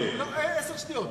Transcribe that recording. עשר שניות.